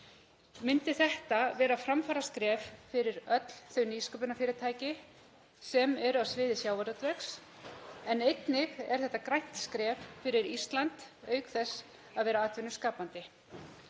Myndi þetta vera framfaraskref fyrir öll nýsköpunarfyrirtæki á sviði sjávarútvegs en einnig er þetta grænt skref fyrir Ísland auk þess að vera atvinnuskapandi.